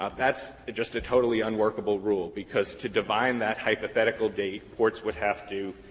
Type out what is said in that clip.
ah that's just a totally unworkable rule, because to divine that hypothetical date, courts would have to